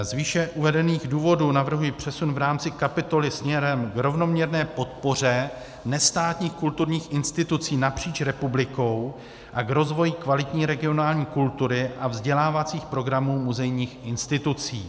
Z výše uvedených důvodů navrhuji přesun v rámci kapitoly směrem k rovnoměrné podpoře nestátních kulturních institucí napříč republikou a k rozvoji kvalitní regionální kultury a vzdělávacích programů muzejních institucí.